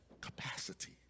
capacity